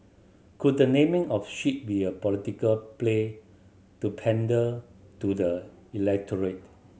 could the naming of ship be a political play to pander to the electorate